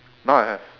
now I have